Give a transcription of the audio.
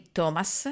Thomas